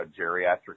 geriatric